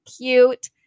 cute